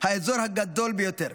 האזור הגדול ביותר.